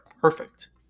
perfect